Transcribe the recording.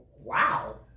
Wow